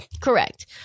correct